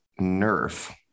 Nerf